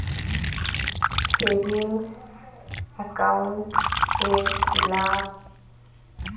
Savings account এর কি লাভ?